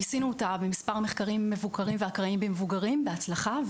ניסינו אותה במספר מחקרים מבוקרים ואקראיים במבוגרים בהצלחה,